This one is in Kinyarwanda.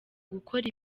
gukora